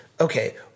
okay